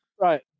Right